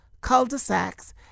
cul-de-sacs